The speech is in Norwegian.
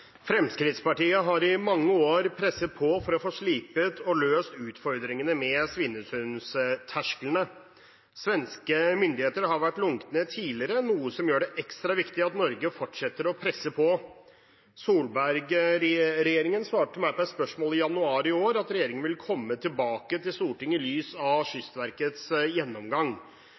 har i mange år presset på for å få slipet og løst utfordringene med Svinesundstersklene. Svenske myndigheter har vært lunkne tidligere, noe som gjør det ekstra viktig at Norge fortsetter å presse på. Solberg-regjeringen svarte meg på et spørsmål i januar i år at regjeringen ville komme tilbake til Stortinget i lys av Kystverkets gjennomgang.